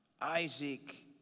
Isaac